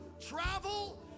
travel